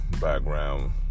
background